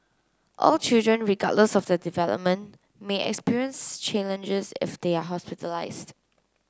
all children regardless of their development may experience challenges if they are hospitalised